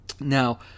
Now